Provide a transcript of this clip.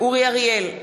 אורי אריאל,